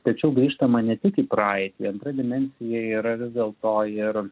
tačiau grįžtama ne tik į praeitį antra dimensija yra vis dėlto ir